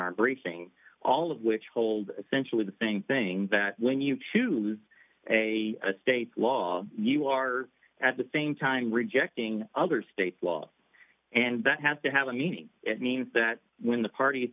our briefing all of which hold essentially the thing thing that when you choose a state law you are at the same time rejecting other state laws and that has to have a meaning it means that when the part